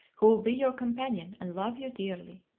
who will be your companion, and love you dearly.